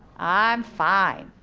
i'm fine.